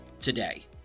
today